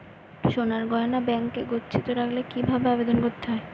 সোনার গহনা ব্যাংকে গচ্ছিত রাখতে কি ভাবে আবেদন করতে হয়?